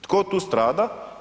Tko tu strada?